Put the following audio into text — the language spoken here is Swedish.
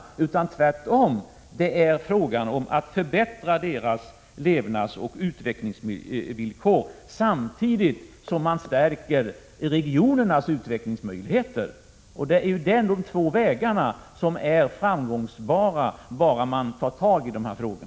Det är tvärtom fråga om att förbättra deras levnadsoch utvecklingsvillkor samtidigt som man stärker regionernas utvecklingsmöjligheter. Det är de två vägar som man kan gå, bara man tar tag i dessa frågor.